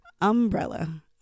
umbrella